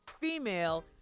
female